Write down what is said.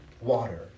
water